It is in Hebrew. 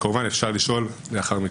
כמובן אפשר לשאול לאחר מכן.